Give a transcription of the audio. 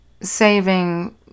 saving